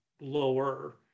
lower